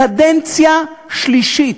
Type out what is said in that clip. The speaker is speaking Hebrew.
קדנציה שלישית,